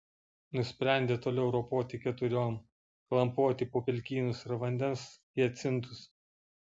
nusprendė toliau ropoti keturiom klampoti po pelkynus ir vandens hiacintus